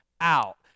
out